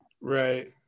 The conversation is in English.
Right